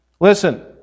Listen